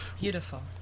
beautiful